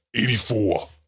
84